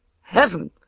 heaven